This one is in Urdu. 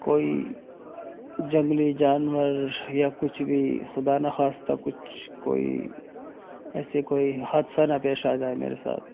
کوئی جنگلی جانور یا کچھ بھی خدا نہ خواستہ کچھ کوئی ایسے کوئی حادثہ نہ پیش آ جائے میرے ساتھ